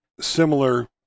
similar